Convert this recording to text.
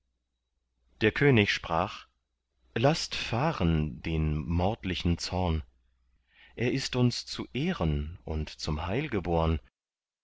der könig sprach laßt fahren den mordlichen zorn er ist uns zu ehren und zum heil geborn